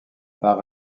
par